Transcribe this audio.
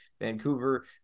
Vancouver